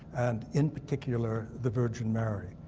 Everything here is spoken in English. and in particular the virgin mary,